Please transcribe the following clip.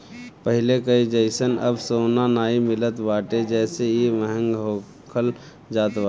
पहिले कअ जइसन अब सोना नाइ मिलत बाटे जेसे इ महंग होखल जात बाटे